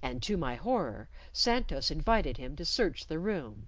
and to my horror, santos invited him to search the room.